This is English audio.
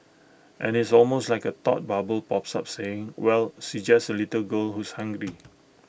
and it's almost like A thought bubble pops up saying well she just A little girl who's hungry